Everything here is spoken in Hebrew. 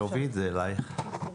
שלהן.